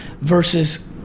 versus